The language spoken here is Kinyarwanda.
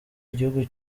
igihugu